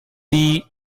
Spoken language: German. die